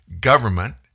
Government